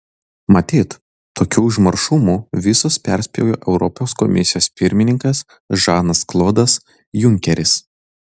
matyt tokiu užmaršumu visus perspjovė europos komisijos pirmininkas žanas klodas junkeris